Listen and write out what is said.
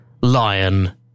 lion